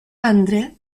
andre